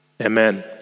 Amen